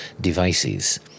devices